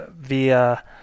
via